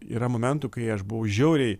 yra momentų kai aš buvau žiauriai